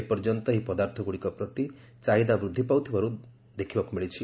ଏପର୍ଯ୍ୟନ୍ତ ଏହି ପଦାର୍ଥଗୁଡ଼ିକ ପ୍ରତି ଚାହିଦା ବୃଦ୍ଧି ପାଉଥିବାର ଦେଖିବାକୁ ମିଳିଛି